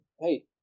Hey